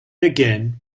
again